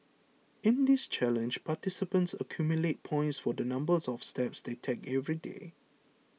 in this challenge participants accumulate points for the numbers of steps they take every day